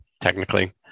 technically